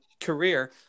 career